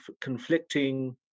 conflicting